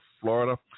florida